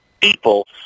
people